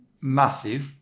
Matthew